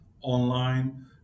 online